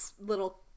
little